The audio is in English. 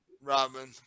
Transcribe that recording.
Robin